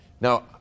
Now